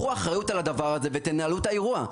שייקחו אחריות על הדבר הזה וינהלו את האירוע.